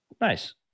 Nice